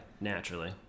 naturally